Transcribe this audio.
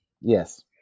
Yes